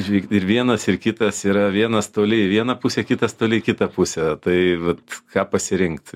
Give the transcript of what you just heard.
žiūrėkit ir vienas ir kitas yra vienas toli į vieną pusę kitas toli į kitą pusę tai vat ką pasirinkt